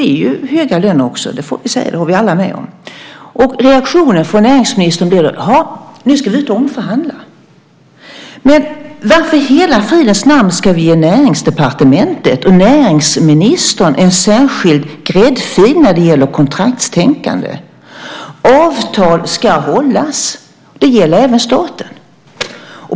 Det är fråga om höga löner, det håller vi alla med om, och reaktionen från näringsministern blir: Jaha, nu ska vi ut och omförhandla. Men varför i hela fridens namn ska vi ge Näringsdepartementet och näringsministern en särskild gräddfil när det gäller kontraktstänkande? Avtal ska hållas. Det gäller även staten.